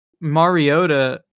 Mariota